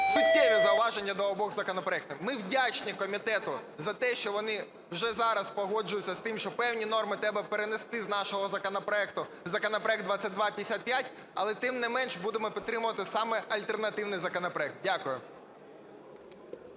суттєві зауваження до обох законопроектів. Ми вдячні комітету за те, що вони вже зараз погоджуються з тим, що певні норми треба перенести з нашого законопроекту у законопроект 2255, але, тим не менш, будемо підтримувати саме альтернативний законопроект. Дякую.